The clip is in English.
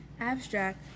Abstract